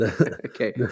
Okay